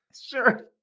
Sure